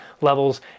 levels